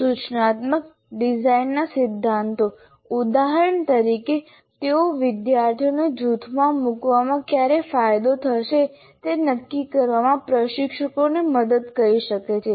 સૂચનાત્મક ડિઝાઇનના સિદ્ધાંતો ઉદાહરણ તરીકે તેઓ વિદ્યાર્થીઓને જૂથોમાં મૂકવામાં ક્યારે ફાયદો થશે તે નક્કી કરવામાં પ્રશિક્ષકોને મદદ કરી શકે છે